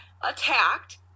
attacked